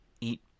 eat